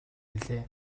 билээ